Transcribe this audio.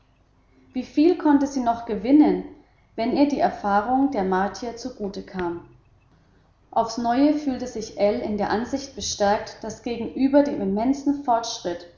wieviel konnte sie noch gewinnen wenn ihr die erfahrung der martier zugute kam aufs neue fühlte sich ell in der ansicht bestärkt daß gegenüber dem immensen fortschritt